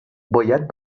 باید